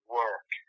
work